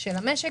של המשק,